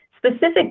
specific